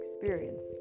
experience